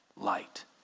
light